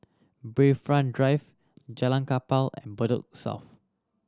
Bayfront Drive Jalan Kapal and Bedok South